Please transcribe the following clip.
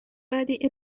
ودیعه